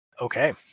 Okay